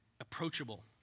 approachable